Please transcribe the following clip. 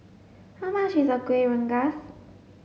how much is a Kuih Rengas